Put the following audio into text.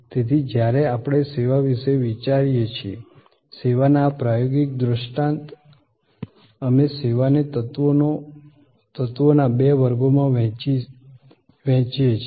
તેથી જ્યારે આપણે સેવા વિશે વિચારીએ છીએ સેવાના આ પ્રાયોગિક દૃષ્ટાંત અમે સેવાને તત્વોના બે વર્ગોમાં વહેંચીએ છીએ